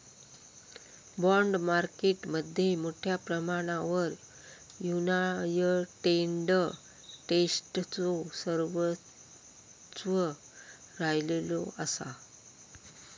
bond market मध्ये मोठ्या प्रमाणावर युनायटेड स्टेट्सचो वर्चस्व राहिलेलो असा